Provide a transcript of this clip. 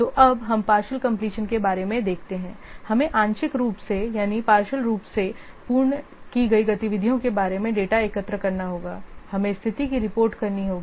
तो अब हम पार्षइल कंप्लीशन के बारे में देखते हैं हमें आंशिक रूप से पूर्ण की गई गतिविधियों के बारे में डेटा एकत्र करना होगा हमें स्थिति की रिपोर्ट करनी होगी